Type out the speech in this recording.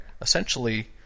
essentially